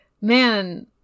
man